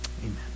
Amen